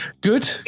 Good